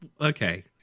Okay